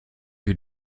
you